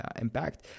impact